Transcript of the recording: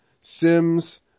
Sims